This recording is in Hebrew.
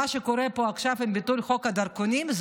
מה שקורה פה עכשיו עם ביטול חוק הדרכונים הוא